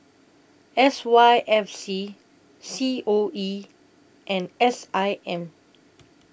S Y F C C O E and S I M